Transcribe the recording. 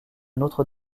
notre